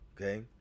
okay